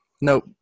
nope